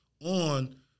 on